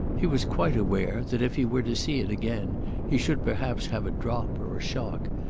he was quite aware that if he were to see it again he should perhaps have a drop or a shock,